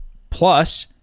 plus,